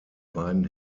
beiden